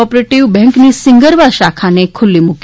operative બેન્કની સિંગરવા શાખાને ખુલ્લી મુકી